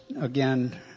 again